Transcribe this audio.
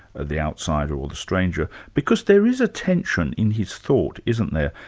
ah the outsider or the stranger, because there is a tension in his thought, isn't there,